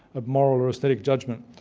of moral or aesthetic judgment.